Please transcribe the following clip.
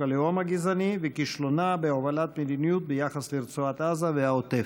הלאום הגזעני וכישלונה בהובלת מדיניות ביחס לרצועת עזה והעוטף.